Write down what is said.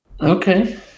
okay